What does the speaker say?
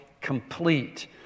complete